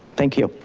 thank you.